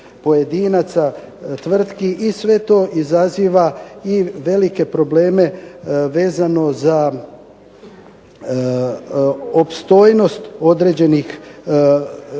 pojedinaca, tvrtki i sve to izaziva i velike probleme vezano za opstojnost određenih